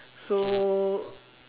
so